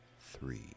three